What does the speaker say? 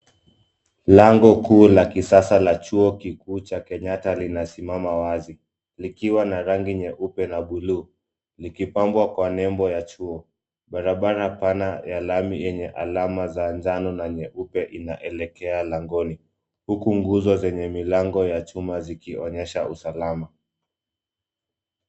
Lango kuu la kisasa la chuo kikuu cha Kenyatta linasimama wazi, likiwa na rangi nyeupe na buluu, likipambwa kwa nembo ya chuo. Barabara pana ya lami yenye alama za njano na nyeupe inaelekea langoni, huku nguzo zenye milango ya chuma zikionyesha usalama.